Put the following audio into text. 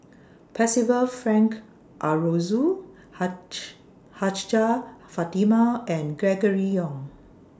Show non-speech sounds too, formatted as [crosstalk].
Percival Frank Aroozoo [unintelligible] Hajjah Fatimah and Gregory Yong